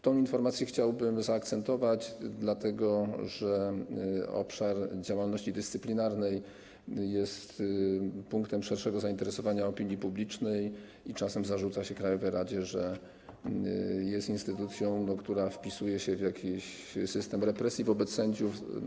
Tą informację chciałbym zaakcentować, dlatego że obszar działalności dyscyplinarnej jest punktem szerszego zainteresowania opinii publicznej i czasem zarzuca się krajowej radzie, że jest instytucją, która wpisuje się w jakiś system represji wobec sędziów.